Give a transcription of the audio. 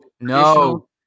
no